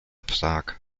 prag